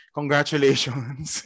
congratulations